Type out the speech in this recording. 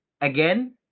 Again